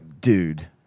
dude